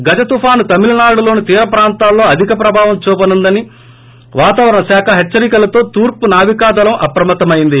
గజ తుపాను తమిళనాడులోని తీర ప్రాంతాల్లో అధిక ప్రభావం చూపనుందన్న వాతావరణ శాఖ హెచ్చరికలతో తూర్పు నావికాదళం అప్రమత్తమైంది